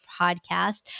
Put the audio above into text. podcast